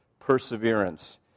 perseverance